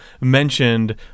mentioned